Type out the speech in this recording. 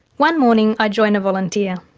one morning i join a volunteer,